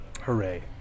Hooray